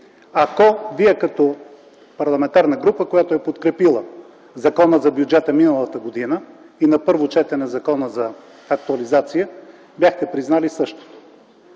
ако вие, като парламентарна група, която е подкрепила закона за бюджета миналата година и на първо четене законопроектът за актуализация, бяхте признали същото.